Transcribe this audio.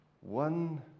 one